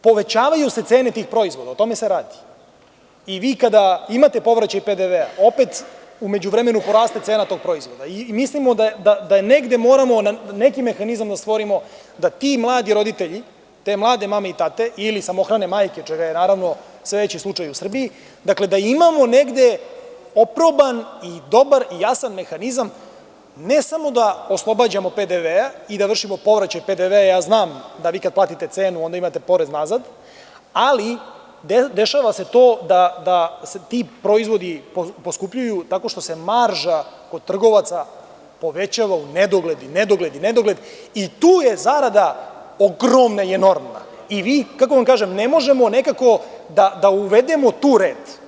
Povećavaju se cene tih proizvoda, o tome se radi, i vi kada imate povraćaj PDV-a opet u međuvremenu poraste cena tog proizvoda i mislimo da negde moramo, da neki mehanizam da stvorimo da ti mladi roditelji, te mlade mame i tate, ili samohrane majke, čega je naravno sve veći slučaj u Srbiji, dakle, da imamo negde oproban i dobar i jasan mehanizam, ne samo da oslobađamo PDV i da vršimo povraćaj PDV-a, ja znam da vi kad platite cenu onda imate porez nazad, ali dešava se to dati proizvodi poskupljuju, tako što se marža od trgovaca povećava u nedogled i nedogled i tu je zarada, ogromna i enormna i vi, kako da vam kažem, ne možemo nekako da uvedemo tu red.